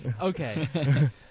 Okay